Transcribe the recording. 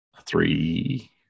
three